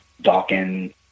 Dawkins